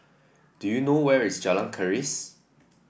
do you know where is Jalan Keris